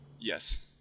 Yes